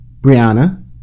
Brianna